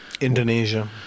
Indonesia